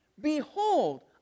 Behold